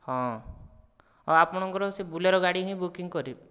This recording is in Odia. ହଁ ଆଉ ଆପଣଙ୍କର ସେହି ବୋଲେରୋ ଗାଡ଼ି ହିଁ ବୁକିଂ କରିବେ